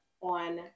on